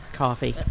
coffee